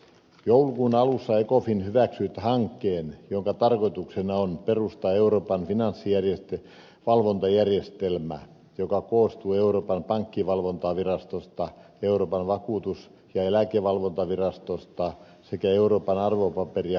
joulukuun alussa ecofin hyväksyi hankkeen jonka tarkoituksena on perustaa euroopan finanssivalvontajärjestelmä joka koostuu euroopan pankkivalvontavirastosta euroopan vakuutus ja eläkevalvontavirastosta sekä euroopan arvopaperi ja markkinavirastosta